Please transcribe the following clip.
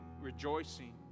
rejoicing